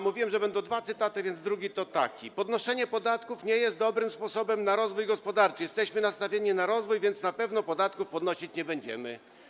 Mówiłem, że będą dwa cytaty, więc drugi jest taki: Podnoszenie podatków nie jest dobrym sposobem na rozwój gospodarczy; jesteśmy nastawieni na rozwój, więc na pewno podatków podnosić nie będziemy.